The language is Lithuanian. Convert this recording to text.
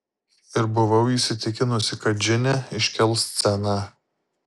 ir buvau įsitikinusi kad džine iškels sceną